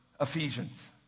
Ephesians